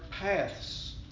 paths